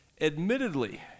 Admittedly